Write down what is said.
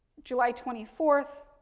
july twenty fourth,